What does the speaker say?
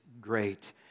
great